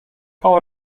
call